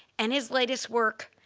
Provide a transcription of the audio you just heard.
and his latest work,